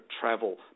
travel